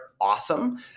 awesome